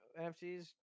NFTs